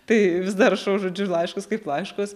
tai vis dar rašau žodžiu ir laiškus kaip laiškus